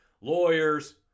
lawyers